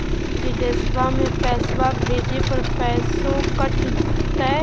बिदेशवा मे पैसवा भेजे पर पैसों कट तय?